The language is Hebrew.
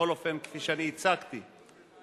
בכל אופן כפי שאני הצגתי אותם